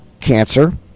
Cancer